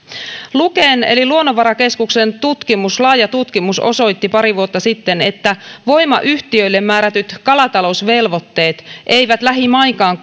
luken eli luonnonvarakeskuksen laaja tutkimus osoitti pari vuotta sitten että voimayhtiöille määrätyt kalatalousvelvoitteet eivät lähimainkaan